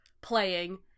playing